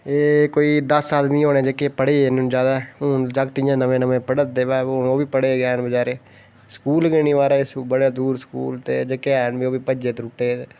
एह् कोई दस आदमी होने जेहके पढ़े दे ज्यादा हून जागत इयां नमें नमें पढ़ा दे ते हून ओह् बी पढ़ा दे ना बचारे स्कूल गै नी महाराज बड़ी दूर स्कूल ते जेह्के हैन बी ते ओह् बी भज्जे त्रुट्टे दे